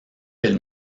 del